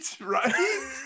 right